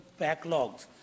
backlogs